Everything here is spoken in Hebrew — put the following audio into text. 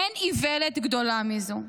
אין איוולת גדולה מזו.